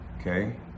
Okay